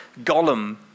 Gollum